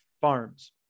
Farms